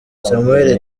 samuel